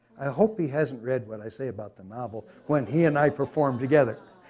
i hope he hasn't read what i say about the novel when he and i perform together.